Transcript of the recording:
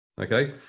Okay